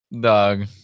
dog